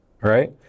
right